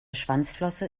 schwanzflosse